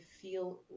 feel